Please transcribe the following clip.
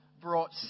brought